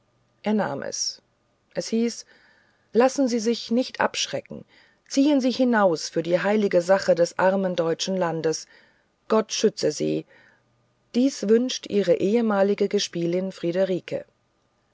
er nahm es es hieß lassen sie sich nicht abschrecken ziehen sie hinaus für die heilige sache des armen deutschen landes gott schütze sie dies wünscht ihre ehemalige gespielin friederike